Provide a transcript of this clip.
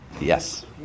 Yes